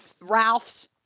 Ralph's